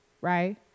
right